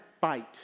fight